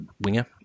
winger